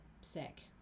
sick